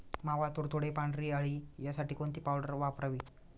मावा, तुडतुडे, पांढरी अळी यासाठी कोणती पावडर वापरावी?